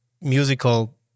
musical